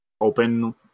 open